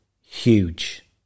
huge